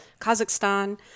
Kazakhstan